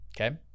Okay